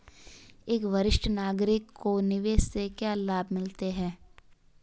एक वरिष्ठ नागरिक को निवेश से क्या लाभ मिलते हैं?